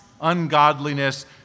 ungodliness